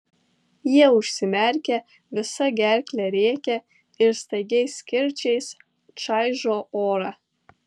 jie užsimerkia visa gerkle rėkia ir staigiais kirčiais čaižo orą